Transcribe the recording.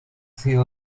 sido